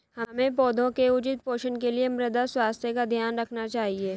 हमें पौधों के उचित पोषण के लिए मृदा स्वास्थ्य का ध्यान रखना चाहिए